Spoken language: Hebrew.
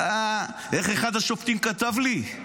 איך אחד השופטים כתב לי?